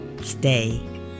Stay